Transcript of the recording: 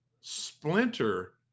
Splinter